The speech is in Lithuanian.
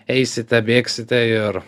eisite bėgsite ir